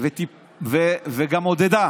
וגם עודדה